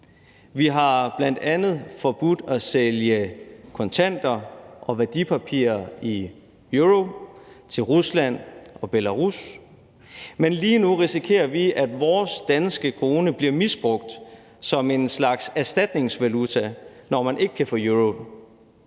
Vi har bl.a. forbudt at sælge kontanter og værdipapirer i euro til Rusland og Belarus, men lige nu risikerer vi, at vores danske krone bliver misbrugt som en slags erstatningsvaluta, når man ikke kan få euro.